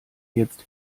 jetzt